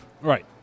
Right